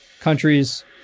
countries